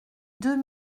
deux